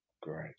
great